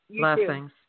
Blessings